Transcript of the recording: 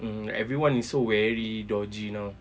mm everyone is so wary dodgy now